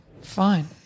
fine